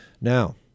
Now